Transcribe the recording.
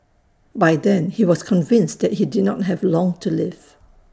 by then he was convinced that he did not have long to live